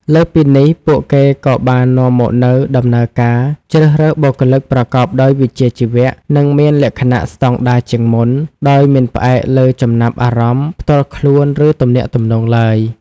លើសពីនេះ ពួកគេក៏បាននាំមកនូវដំណើរការជ្រើសរើសបុគ្គលិកប្រកបដោយវិជ្ជាជីវៈ និងមានលក្ខណៈស្តង់ដារជាងមុន ដោយមិនផ្អែកលើចំណាប់អារម្មណ៍ផ្ទាល់ខ្លួន ឬទំនាក់ទំនងឡើយ។